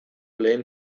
lehen